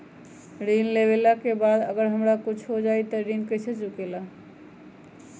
ऋण लेला के बाद अगर हमरा कुछ हो जाइ त ऋण कैसे चुकेला?